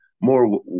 more